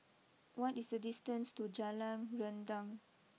what is the distance to Jalan Rendang